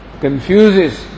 confuses